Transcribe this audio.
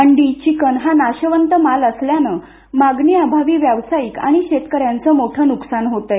अंडी चिकन हा नाशवंत माल असल्यानं मागणी अभावी व्यावसायिक आणि शेतकऱ्यांचे मोठे नुकसान होत आहे